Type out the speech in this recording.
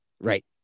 Right